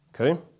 Okay